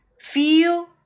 feel